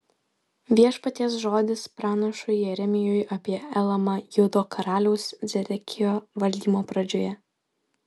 viešpaties žodis pranašui jeremijui apie elamą judo karaliaus zedekijo valdymo pradžioje